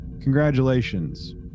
congratulations